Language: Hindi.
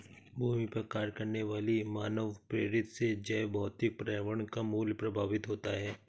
भूमि पर कार्य करने वाली मानवप्रेरित से जैवभौतिक पर्यावरण का मूल्य प्रभावित होता है